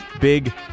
big